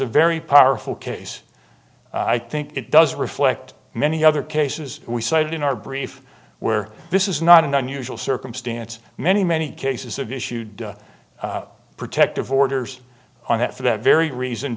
a very powerful case i think it does reflect many other cases we cited in our brief where this is not an unusual circumstance many many cases of issued protective orders on that for that very reason